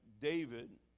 David